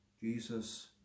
Jesus